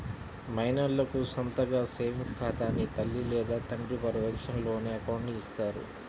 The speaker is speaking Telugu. మైనర్లకు సొంతగా సేవింగ్స్ ఖాతాని తల్లి లేదా తండ్రి పర్యవేక్షణలోనే అకౌంట్ని ఇత్తారు